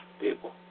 people